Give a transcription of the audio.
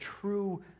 true